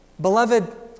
Beloved